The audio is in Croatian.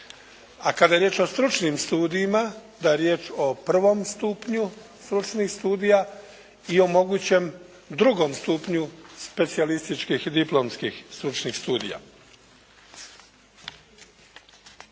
A kada je riječ o stručnim studijima da je riječ o prvom stupnju stručnih studija i o mogućem drugom stupnju specijalističkih diplomskih stručnih studija.